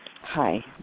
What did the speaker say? Hi